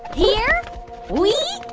here we